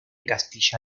castilla